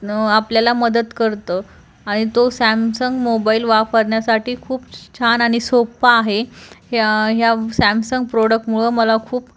आपल्याला मदत करतं आणि तो सॅमसंग मोबाईल वापरण्यासाठी खूप छ छान आणि सोप्पा आहे ह्या ह्या सॅमसंग प्रोडक्टमुळं मला खूप